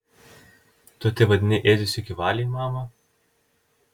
tu tai vadini ėdesiu iki valiai mama